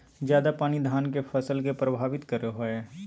ज्यादा पानी धान के फसल के परभावित करो है?